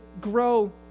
grow